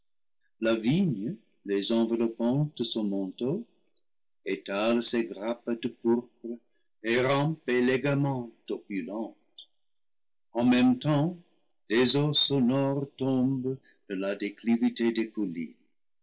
la vigne les enveloppant de son manteau étale ses grappes de pourpre et rampe élégamment opulente en même temps des eaux sonores tombent de la déclivité des collines